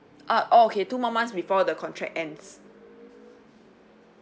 err oh okay two more months before the contract ends